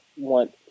want